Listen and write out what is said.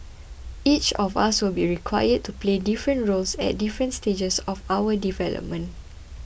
each of us will be required to play different roles at different stages of our development